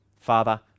Father